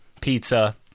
pizza